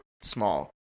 small